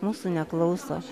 mūsų neklauso